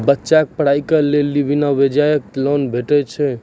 बच्चाक पढ़ाईक लेल बिना ब्याजक लोन भेटै छै?